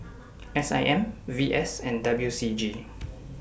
S I M V S and W C G